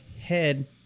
head